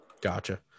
Gotcha